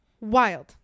Wild